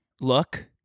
look